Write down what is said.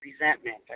resentment